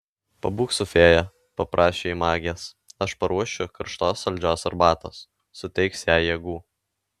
pabūk su fėja paprašė ji magės aš paruošiu karštos saldžios arbatos suteiks jai jėgų